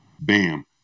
Bam